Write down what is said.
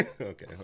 Okay